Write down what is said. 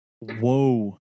Whoa